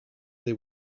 they